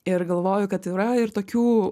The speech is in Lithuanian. ir galvoju kad yra ir tokių